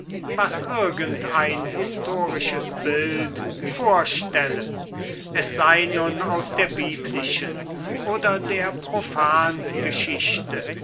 was irgend ein historisches bild vorstelle es sei nun aus der biblischen oder der